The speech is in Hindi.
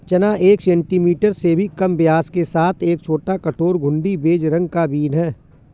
चना एक सेंटीमीटर से भी कम व्यास के साथ एक छोटा, कठोर, घुंडी, बेज रंग का बीन है